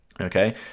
Okay